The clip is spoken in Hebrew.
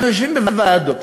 אנחנו יושבים בוועדות